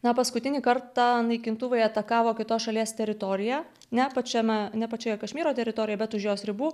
paskutinį kartą naikintuvai atakavo kitos šalies teritoriją ne pačiame ne pačioje kašmyro teritorijoj bet už jos ribų